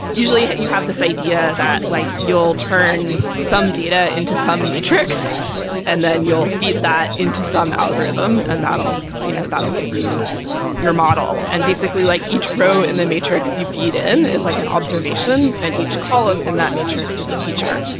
usually, you have this idea that like you'll turn some data into some matrix and then you'll feed that into some algorithm and you know that will give you your model. and basically, like each row in the matrix you feed in is like an observation and each column in that matrix is a feature.